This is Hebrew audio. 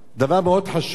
דבר מאוד חשוב.